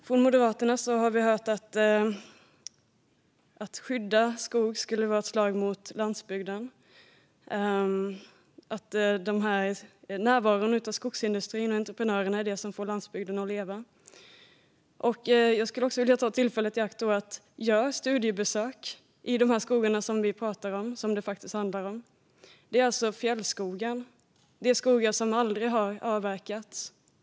Från Moderaterna har vi hört att det skulle vara ett slag mot landsbygden att skydda skog och att närvaron av skogsindustri och entreprenörer är det som får landsbygden att leva. Jag vill då ta tillfället i akt och säga: Gör studiebesök i de här skogarna som vi pratar om, som det faktiskt handlar om! Det är alltså fjällskogen. Det är skogar som aldrig har avverkats.